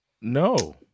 No